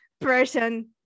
person